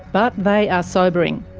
but they are sobering.